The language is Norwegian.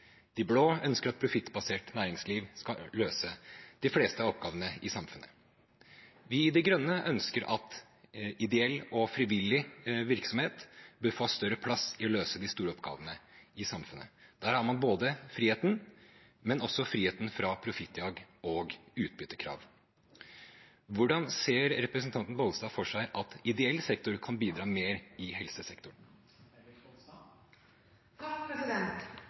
Vi i De Grønne ønsker at ideell og frivillig virksomhet bør ha større plass i å løse de store oppgavene i samfunnet. Der har man friheten, men også friheten fra profittjag og utbyttekrav. Hvordan ser representanten Bollestad for seg at ideell sektor kan bidra mer i helsesektoren?